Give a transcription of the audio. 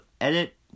edit